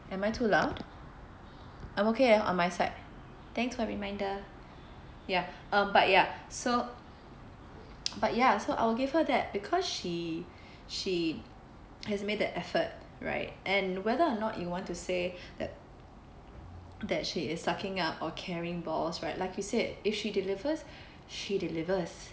am I too loud I'm okay eh on my side thanks for reminder ya um but ya so but ya so I will give her that because she she has made the effort right and whether or not you want to say that that she is sucking up or carrying balls right like you said if she delivers she delivers